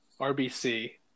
RBC